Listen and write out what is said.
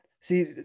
See